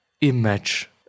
Image